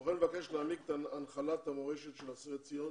כמו כן מבקש להעניק את הנחלת המורשת של אסירי ציון